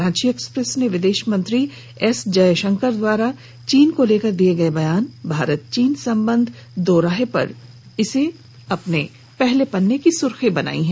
Ranchi express ने विदेश मंत्री एस जयशंकर द्वारा चीन को लेकर दिए गए बयान भारत चीन संबंध दोहराहे पर को पहले पेज पर जगह दी है